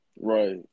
Right